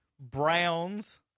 Browns